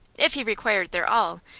if he required their all,